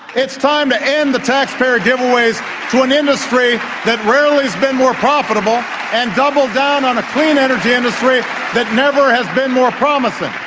it's time to end the taxpayer giveaways to an industry that rarely has been more profitable and double down on a clean energy and industry that never has been more promising.